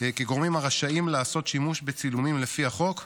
כגורמים הרשאים לעשות שימוש בצילומים לפי החוק.